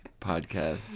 podcast